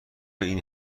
این